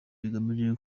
igamije